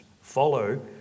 follow